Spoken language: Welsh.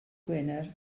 gwener